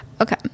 okay